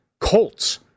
Colts